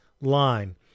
line